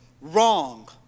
wrong